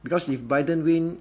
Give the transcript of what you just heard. because if biden win